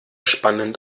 spannend